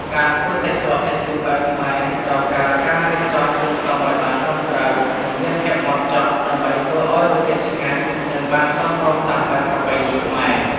ការធ្វើសាច់ក្រកសាច់ជ្រូកបែបខ្មែរ ត្រូវការការរៀបចំគ្រឿងផ្សំឱ្យបានត្រឹមត្រូវ និងមានភាពម៉ដ្ឋចត់ ដើម្បីធ្វើឱ្យរសជាតិឆ្ងាញ់ និងបានសមរម្យតាមបែបប្រពៃណីខ្មែរ។